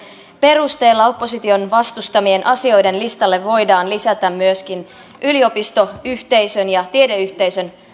perusteella opposition vastustamien asioiden listalle voidaan lisätä myöskin yliopistoyhteisön ja tiedeyhteisön